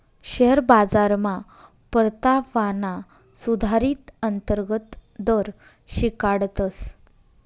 share बाजारमा परतावाना सुधारीत अंतर्गत दर शिकाडतस